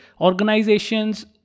organizations